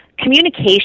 Communication